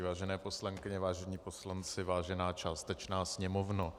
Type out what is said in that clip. Vážené poslankyně, vážení poslanci, vážená částečná sněmovno.